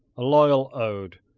a loyal ode,